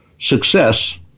Success